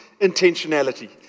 intentionality